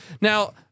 now